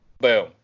Boom